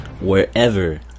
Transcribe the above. wherever